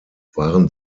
waren